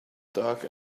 dark